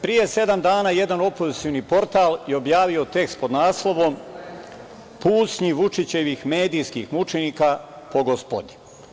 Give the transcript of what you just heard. Pre sedam dana jedan opozicioni portal je objavio tekst pod naslovom „Pucnji Vučićevih medijskih mučenika po GOSPODI“